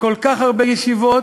כל כך הרבה ישיבות,